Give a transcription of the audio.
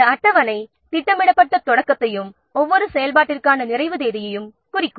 இந்த அட்டவணை திட்டமிடப்பட்ட தொடக்கத்தையும் ஒவ்வொரு செயல்பாட்டிற்கான நிறைவு தேதியையும் குறிக்கும்